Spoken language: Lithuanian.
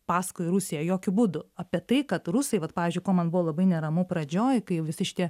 paskui rusiją jokiu būdu apie tai kad rusai vat pavyzdžiui ko man buvo labai neramu pradžioj kai visi šitie